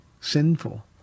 sinful